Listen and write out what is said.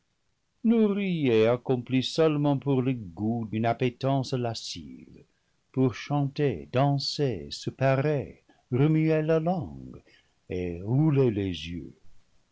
et accomplies seulement pour le goût d'une étant lascive pour chanter danser se parer remuer la langue et rouler les yeux